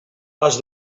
pas